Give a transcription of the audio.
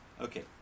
Okay